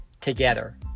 together